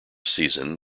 season